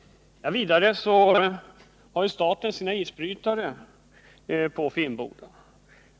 Vidare anlitar staten Finnboda för sina isbrytare.